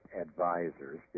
advisors